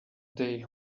they